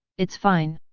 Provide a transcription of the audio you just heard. it's fine.